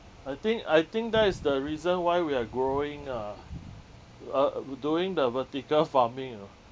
I think I think that is the reason why we are growing a uh doing the vertical farming you know